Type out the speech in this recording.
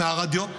מהרדיו,